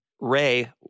Ray